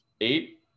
Eight